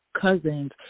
cousins